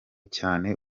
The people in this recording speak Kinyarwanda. cyane